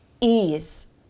ease